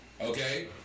Okay